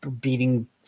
beating